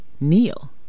kneel